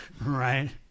Right